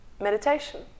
meditation